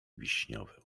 wiśniowe